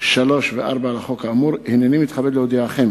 3 ו-4 לחוק האמור, הנני מתכבד להודיעכם